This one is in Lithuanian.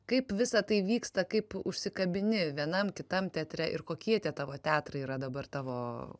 kaip visa tai vyksta kaip užsikabini vienam kitam teatre ir kokie tie tavo teatrai yra dabar tavo